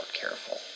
careful